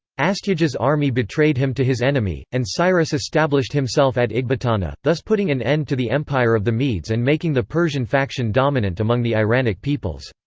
astyages' army betrayed him to his enemy, and cyrus established himself at ecbatana, thus putting an end to the empire of the medes and making the persian faction dominant among the iranic peoples.